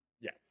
Yes